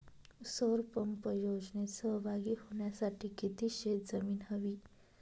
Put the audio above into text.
सौर पंप योजनेत सहभागी होण्यासाठी किती शेत जमीन हवी?